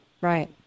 Right